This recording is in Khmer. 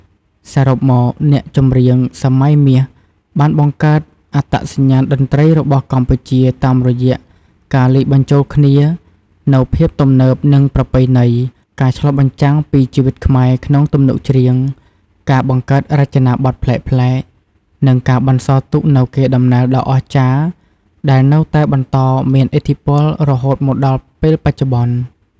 សរុបមក អ្នកចម្រៀងសម័យមាសបានបង្កើតអត្តសញ្ញាណតន្ត្រីរបស់កម្ពុជាតាមរយៈការលាយបញ្ចូលគ្នានូវភាពទំនើប និងប្រពៃណី ការឆ្លុះបញ្ចាំងពីជីវិតខ្មែរក្នុងទំនុកច្រៀង ការបង្កើតរចនាបថប្លែកៗ និងការបន្សល់ទុកនូវកេរដំណែលដ៏អស្ចារ្យដែលនៅតែបន្តមានឥទ្ធិពលរហូតមកដល់ពេលបច្ចុប្បន្ន។